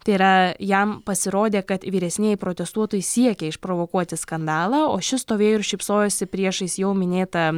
tai yra jam pasirodė kad vyresnieji protestuotojai siekė išprovokuoti skandalą o šis stovėjo ir šypsojosi priešais jau minėtą